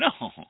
No